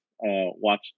watch